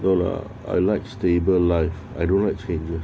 no lah I like stable life I don't like exchanges